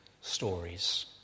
stories